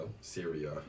Syria